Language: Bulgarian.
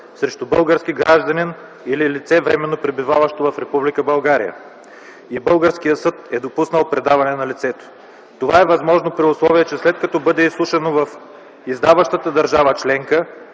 срещу български гражданин или лице, временно пребиваващо в Република България, и българският съд е допуснал предаването на лицето. Това е възможно, при условие че след като бъде изслушано в издаващата държава членка,